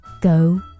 go